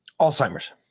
Alzheimer's